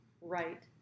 right